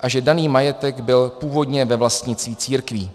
a že daný majetek byl původně ve vlastnictví církví.